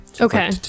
Okay